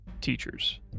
teachers